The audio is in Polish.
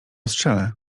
strzelę